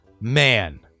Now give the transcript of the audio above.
man